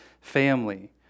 family